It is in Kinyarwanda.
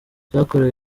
byakorewe